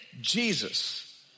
Jesus